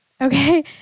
Okay